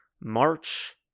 march